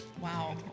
Wow